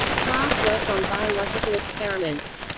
clark worked on biological experiments.